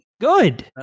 good